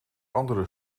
andere